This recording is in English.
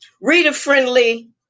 reader-friendly